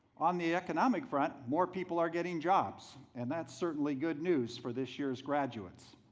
on the economic front, more people are getting jobs and that's certainly good news for this year's graduates.